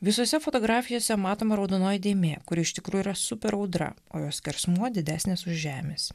visose fotografijose matoma raudonoji dėmė kuri iš tikrųjų yra super audra o jos skersmuo didesnis už žemės